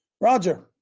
Roger